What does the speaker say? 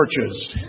Churches